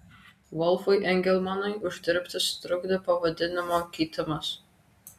volfui engelmanui uždirbti sutrukdė pavadinimo keitimas